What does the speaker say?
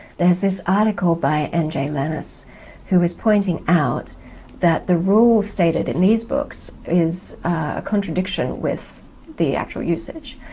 there's this article by n j lennes who is pointing out that the rules stated in these books is a contradiction with the actual usage.